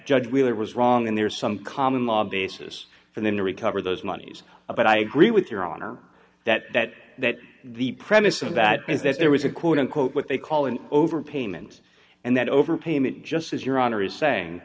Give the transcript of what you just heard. judge we were was wrong and there's some common law basis for them to recover those monies but i agree with your honor that that that the premise of that is that there was a quote unquote what they call an overpayment and that overpayment just as your honor is saying